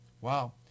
wow